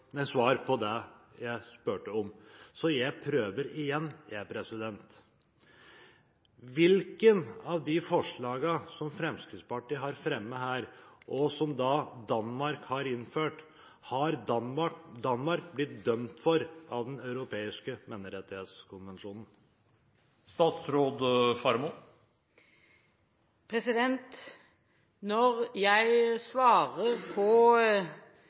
ikke svar på det jeg spurte om. Jeg prøver igjen: Hvilke av de forslagene som Fremskrittspartiet her har fremmet – og som Danmark har innført – har Danmark blitt dømt for i henhold til Den europeiske menneskerettighetskonvensjonen? Når jeg svarer på